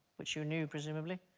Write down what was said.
which you knew presumably.